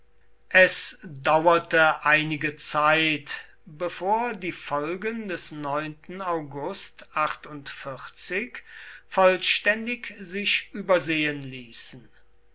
es dauerte einige zeit bevor die folgen des august vollständig sich übersehen ließen